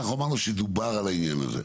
אנחנו אמרנו שדובר על העניין הזה.